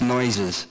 Noises